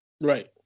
Right